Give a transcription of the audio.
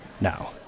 Now